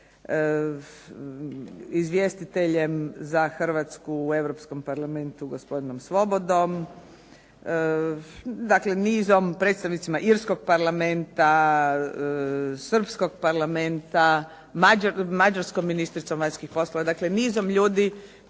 izvjestiteljem za Hrvatsku u Europskom parlamentu gospodinom Svobodom, dakle nizom, predstavnicima irskog parlamenta, srpskog parlamenta, mađarskom ministricom vanjskih poslova, dakle nizom ljudi